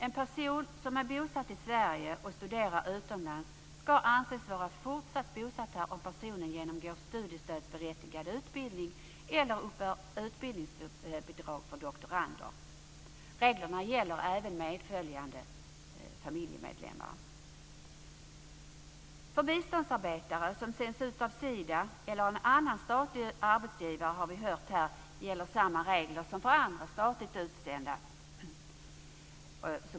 En person som är bosatt i Sverige och studerar utomlands ska anses vara fortsatt bosatt här, om personen genomgår studiestödsberättigad utbildning eller uppbär utbildningsbidrag för doktorander. Reglerna gäller även medföljande familjemedlemmar. För biståndsarbetare som sänds ut av Sida eller annan statlig arbetsgivare gäller, som här har nämnts, samma regler som för andra statligt utsända.